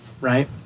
Right